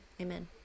amen